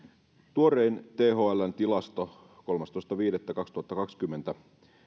tuorein thln tilasto kolmastoista viidettä kaksituhattakaksikymmentä